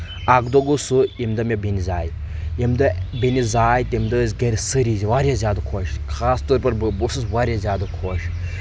اکھ دۄہ گوٚو سُہ ییٚمہِ دۄہ مےٚ بیٚنہِ زایہِ ییٚمہِ دۄہ بیٚنہِ زایہِ تمہِ دۄہ ٲسۍ گرِ سٲری واریاہ زیادٕ خۄش خاص طور پر بہٕ بہٕ اوسُس واریاہ زیادٕ خۄش